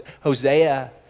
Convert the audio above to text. Hosea